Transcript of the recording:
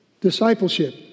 discipleship